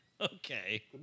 Okay